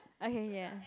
okay ya